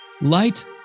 Light